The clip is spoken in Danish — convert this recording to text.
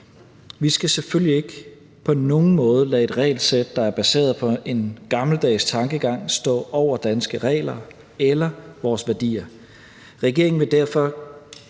Vi skal selvfølgelig ikke på nogen måde lade et regelsæt, der er baseret på en gammeldags tankegang, stå over danske regler eller vores værdier. Regeringen vil derfor